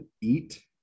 eat